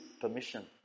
permission